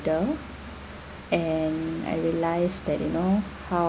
and I realised that you know how